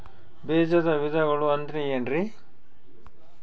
ಬೇಜದ ವಿಧಗಳು ಅಂದ್ರೆ ಏನ್ರಿ?